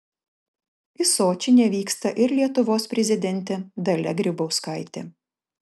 į sočį nevyksta ir lietuvos prezidentė dalia grybauskaitė